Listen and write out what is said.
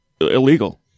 illegal